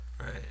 right